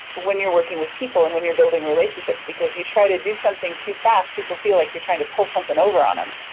when you're working with people, and when you're building relationships, because you try to do something too fast, people feel like you're trying to pull somethin' over on em.